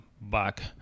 back